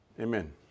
Amen